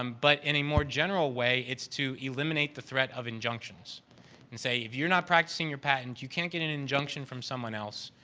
um but in a more general way, it's to eliminate the threat of injunctions and say, if you're not practicing your patent, you can't get injunction from someone else.